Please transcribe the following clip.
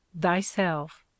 thyself